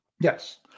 Yes